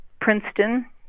Princeton